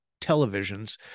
televisions